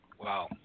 Wow